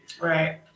right